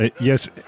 Yes